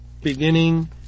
beginning